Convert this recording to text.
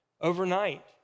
overnight